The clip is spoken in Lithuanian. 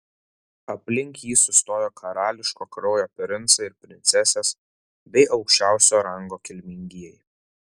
aplink jį sustojo karališko kraujo princai ir princesės bei aukščiausio rango kilmingieji